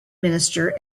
minister